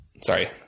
Sorry